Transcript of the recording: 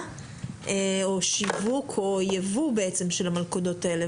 או שיווק או ייבוא של המלכודות האלה,